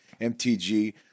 mtg